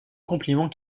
compliment